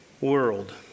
world